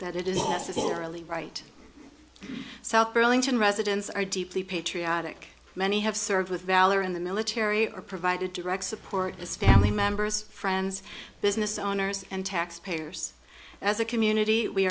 that it is necessarily right south burlington residents are deeply patriotic many have served with valor in the military or provided to direct support his family members friends business owners and taxpayers as a community we